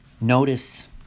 notice